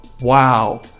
wow